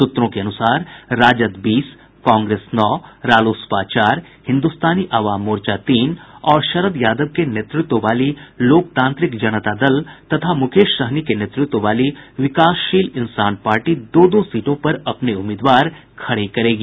सूत्रों के अनुसार राजद बीस कांग्रेस नौ रालोसपा चार हिन्दुस्तानी अवाम मोर्चा तीन और शरद यादव के नेतृत्व वाली लोकतांत्रिक जनता दल तथा मुकेश सहनी के नेतृत्व वाली विकासशील इंसान पार्टी दो दो सीटों पर अपने उम्मीदवार खड़े करेगी